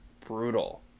brutal